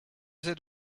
that